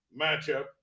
matchup